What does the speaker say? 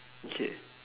okay